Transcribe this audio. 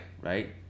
right